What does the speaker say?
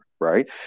right